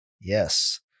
Yes